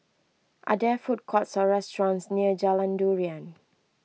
are there food courts or restaurants near Jalan Durian